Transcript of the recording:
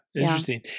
Interesting